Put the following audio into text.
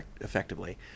effectively